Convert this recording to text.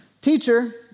Teacher